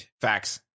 Facts